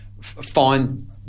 find